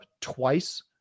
twice